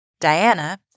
Diana